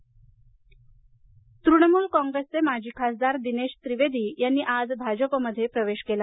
त्रिवेदी तृणमूल कॉंग्रेसचे माजी खासदार दिनेश त्रिवेदी यांनी आज भाजपमध्ये प्रवेश केला